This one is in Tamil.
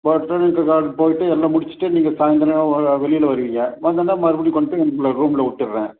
பொட்டானிக்கல் கார்டன் போய்விட்டு எல்லாம் முடிச்சுட்டு நீங்கள் சாய்ந்திரம் ஒரு வெளியில் வருவீங்க வந்தோன்னே மறுபடியும் கொண்டுப் போய் உங்கள ரூமில் விட்டுர்றேன்